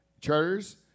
Charters